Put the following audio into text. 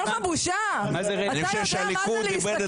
מה זה רלוונטי?